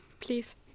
please